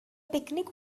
picnic